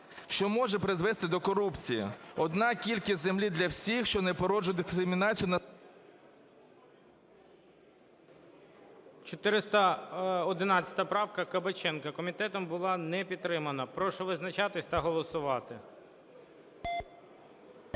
що може призвести до корупції. Одна кількість землі для всіх, що не породжує дискримінацію… ГОЛОВУЮЧИЙ. 411 правка Кабаченка комітетом була не підтримана. Прошу визначатися та голосувати.